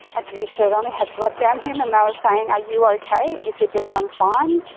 ah t-shirt on, he had blood down him, and they were saying, are you okay? he said, yes i'm fine.